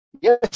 Yes